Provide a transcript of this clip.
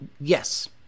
yes